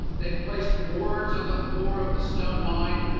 they've placed boards on the floor of the stone mine.